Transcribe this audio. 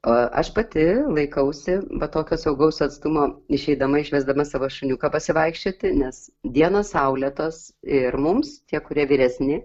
o aš pati laikausi va tokio saugaus atstumo išeidama išvesdama savo šuniuką pasivaikščioti nes dienos saulėtos ir mums tie kurie vyresni